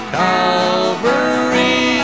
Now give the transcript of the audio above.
calvary